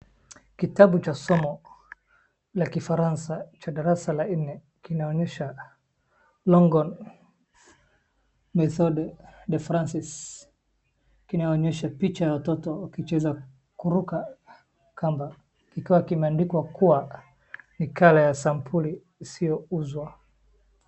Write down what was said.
Kitabu cha somo la kifaransa cha darasa la nne kinaonyesha Longhorn Methode De Francais kinaonyesha picha ya watoto wakicheza kuruka kamba kikiwa kimeandikwa kuwa nakala ya sampuli isiyouzwa.